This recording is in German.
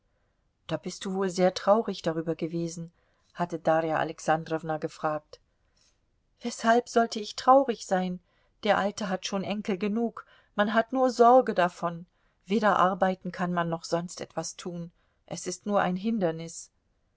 da bist du wohl sehr traurig darüber gewesen hatte darja alexandrowna gefragt weshalb sollte ich traurig sein der alte hat schon enkel genug man hat nur sorge davon weder arbeiten kann man noch sonst etwas tun es ist nur ein hindernis